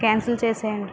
cancel చేసేయండి